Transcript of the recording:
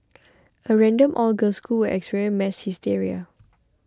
a random all girls school experience mass hysteria